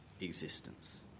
existence